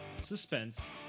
suspense